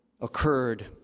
occurred